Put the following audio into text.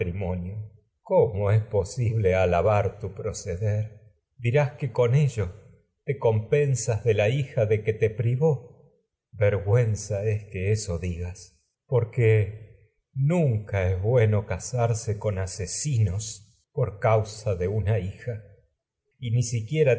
cómo es posible ala proceder dirás que con ello te compensas de la por hija de que te que nunca es una privó vergüenza es que eso digas bueno casarse con asesinos por causa siquiera tienes de hija y ni